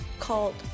called